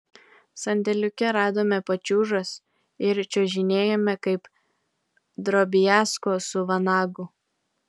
sandėliuke radome pačiūžas ir čiuožinėjome kaip drobiazko su vanagu